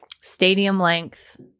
stadium-length